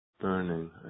burning